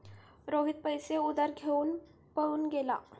रोहित पैसे उधार घेऊन पळून गेला